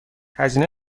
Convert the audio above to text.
هزینه